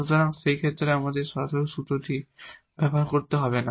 সুতরাং সেই ক্ষেত্রে আমাদের এই সরাসরি সূত্রটি ব্যবহার করতে হবে না